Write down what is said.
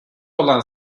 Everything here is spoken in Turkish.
olan